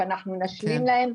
שאנחנו נשלים להם,